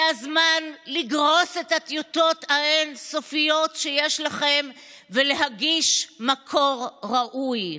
זה הזמן לגרוס את הטיוטות האין-סופיות שיש לכם ולהגיש מקור ראוי.